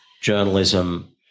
journalism